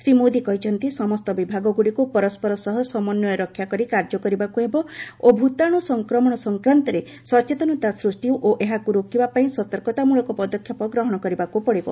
ଶ୍ରୀ ମୋଦୀ କହିଛନ୍ତି ସମସ୍ତ ବିଭାଗଗୁଡ଼ିକୁ ପରସ୍କର ସହ ସମନ୍ୱୟ ରକ୍ଷା କରି କାର୍ଯ୍ୟ କରିବାକୁ ହେବ ଓ ଭୂତାଣୁ ସଂକ୍ରମଣ ସଂକ୍ରାନ୍ତରେ ସଚେତନତା ସୃଷ୍ଟି ଓ ଏହାକୁ ରୋକିବା ପାଇଁ ସତର୍କତାମଳକ ପଦକ୍ଷେପ ଗ୍ରହଣ କରିବାକ୍ ପଡ଼ିବ